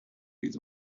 his